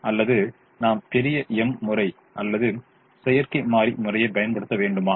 அல்லது நாம் பெரிய M முறை அல்லது செயற்கை மாறி முறையை பயன்படுத்த வேண்டுமா